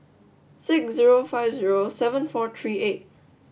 six zero five zero seven four three eight